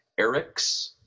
Erics